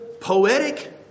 poetic